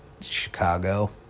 Chicago